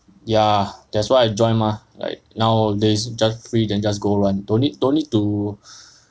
ya that's why I join mah like nowadays just free then just go run don't need don't need to